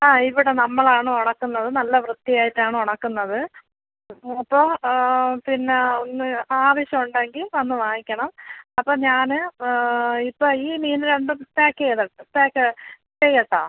ആ ഇവിടെ നമ്മളാണ് ഉണക്കുന്നത് നല്ല വൃത്തി ആയിട്ടാണ് ഉണക്കുന്നത് അപ്പോൾ പിന്നെ ഒന്ന് ആവശ്യം ഉണ്ടെങ്കിൽ വന്ന് വാങ്ങിക്കണം അപ്പോൾ ഞാൻ ഇപ്പോൾ ഈ മീൻ രണ്ടും പാക്ക് ചെയ്തോ പാക്ക് ചെയ്യട്ടോ